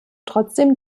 trotzdem